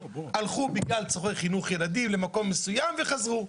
הלכו בגלל צרכי חינוך ילדים למקום מסוים וחזרו.